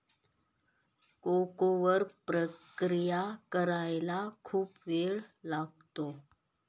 cocoa वर प्रक्रिया करायला खूप वेळ लागतो